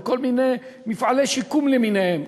בכל מיני מפעלי שיקום למיניהם,